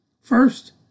First